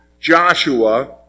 Joshua